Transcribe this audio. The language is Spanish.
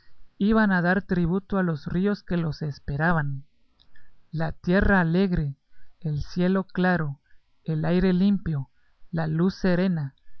iban a dar tributo a los ríos que los esperaban la tierra alegre el cielo claro el aire limpio la luz serena